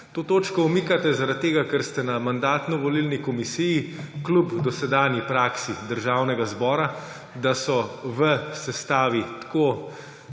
To točko umikate zaradi tega, ker ste na Mandatno-volilni komisiji kljub dosedanji praksi Državnega zbora, da so v sestavi tako